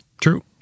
True